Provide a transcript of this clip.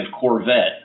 Corvette